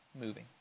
moving